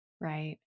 Right